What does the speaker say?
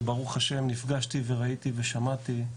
וברוך השם נפגשתי וראיתי ושמעתי,